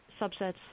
subsets